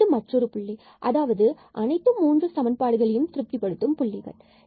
இது மற்றொரு புள்ளி அதாவது அனைத்து 3 சமன்பாடுகளையும் திருப்திப்படுத்தும் புள்ளிகள் ஆகும்